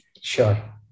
Sure